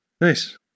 nice